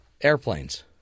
Airplanes